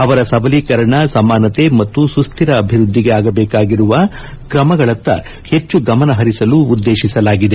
ಅವರ ಸಬಲೀಕರಣ ಸಮಾನತೆ ಮತ್ತು ಸುಸ್ಥಿರ ಅಭಿವೃದ್ಧಿಗೆ ಆಗಬೇಕಾಗಿರುವ ಕ್ರಮಗಳತ್ತ ಹೆಚ್ಚು ಗಮನ ಹರಿಸಲು ಉದ್ದೇಶಿಸಲಾಗಿದೆ